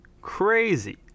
Crazy